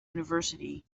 university